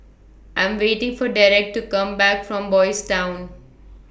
I Am waiting For Derek to Come Back from Boys' Town